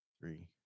three